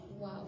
wow